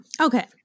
okay